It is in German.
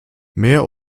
mehr